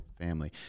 family